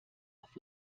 auf